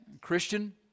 Christian